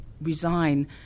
resign